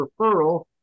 referral